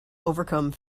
overcome